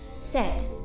Set